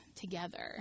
together